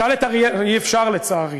תשאל את אריאל, אי-אפשר לצערי.